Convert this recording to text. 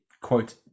quote